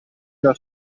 una